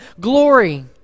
glory